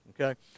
okay